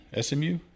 SMU